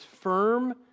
firm